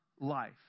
life